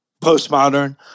postmodern